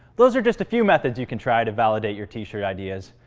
those are just a few methods you can try to validate your t-shirt ideas,